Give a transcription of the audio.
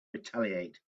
retaliate